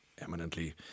Eminently